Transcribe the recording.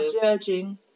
judging